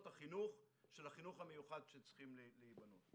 החינוך של החינוך המיוחד שצריכים להיבנות.